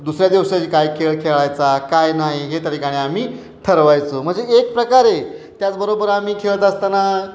दुसऱ्या दिवसाची काय खेळ खेळायचा काय नाही हे त्या ठिकाणी आम्ही ठरवायचो म्हणजे एक प्रकारे त्याचबरोबर आम्ही खेळत असताना